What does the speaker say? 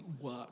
work